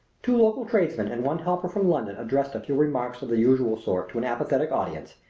two local tradesmen and one helper from london addressed a few remarks the usual sort to an apathetic audience,